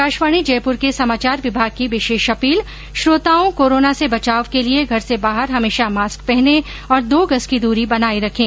आकाशवाणी जयपुर के समाचार विभाग की विशेष अपील कोरोना से बचाव के लिए घर से बाहर हमेशा मास्क पहनें और दो गज की दूरी बनाए रखें